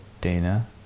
Dana